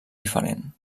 diferent